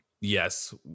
yes